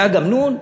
דג אמנון,